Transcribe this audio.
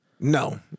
No